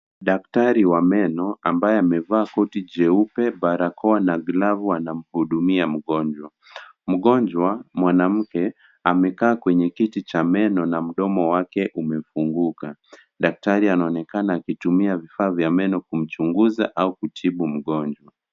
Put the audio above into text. Daktari wa meno ambaye amevaa koti jeupe, barakoa na glavu anamhudumia mgonjwa. Mgonjwa mwanamke amekaa kwenye kiti cha meno na mdomo wake umefunguka. Daktari anaonekana akitumia kifaa cha meno kumchuguza au kutibu mgonjwa.